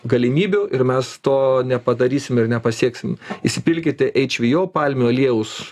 galimybių ir mes to nepadarysim ir nepasieksim įsipilkite hvo palmių aliejaus